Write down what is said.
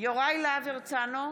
יוראי להב הרצנו,